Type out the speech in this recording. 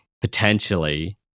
potentially